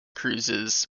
cruises